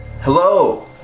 Hello